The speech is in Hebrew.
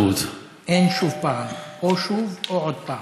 אין שוב פעם, או שוב או עוד פעם.